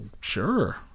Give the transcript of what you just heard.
sure